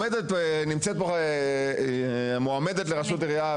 נמצאת פה מועמדת לראשות עירייה,